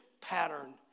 pattern